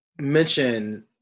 mention